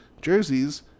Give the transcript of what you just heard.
jerseys